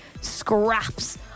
scraps